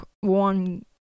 one